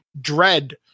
Dread